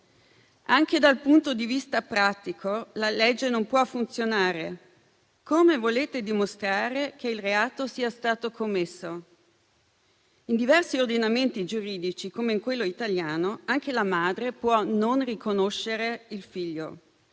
Anche dal punto di vista pratico la legge non può funzionare. Come volete dimostrare che il reato sia stato commesso? In diversi ordinamenti giuridici, come in quello italiano, anche la madre può non riconoscere il figlio.